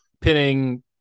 pinning